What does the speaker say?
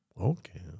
Okay